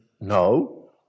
no